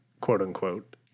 quote-unquote